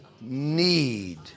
need